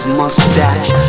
mustache